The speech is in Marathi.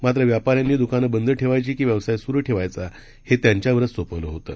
मात्र व्यापान्यांनी दुकानं बंद ठेवायची की व्यवसाय सुरू ठेवायचा हे त्यांच्यावरच सोपवलं होतं